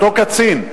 אותו קצין,